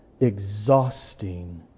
exhausting